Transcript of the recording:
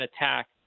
attack